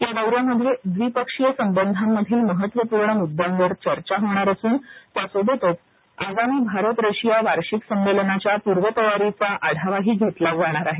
या दौऱ्यामध्ये द्विपक्षीय संबधांमधील महत्त्वपूर्ण मुद्द्यांवर चर्चा होणार असून त्याबरोबरच आगामी भारत रशिया वार्षिक संमेलनाच्या पूर्वतयारीचाही आढावा घेतला जाणार आहे